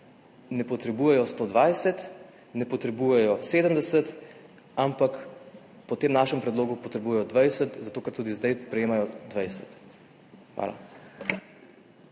ne potrebujejo 120, ne potrebujejo 70, ampak po tem našem predlogu potrebujejo 20, ker tudi zdaj prejemajo 20. Hvala.